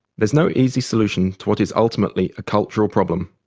there's no easy solution to what is ultimately a cultural problem.